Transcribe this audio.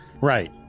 right